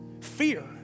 Fear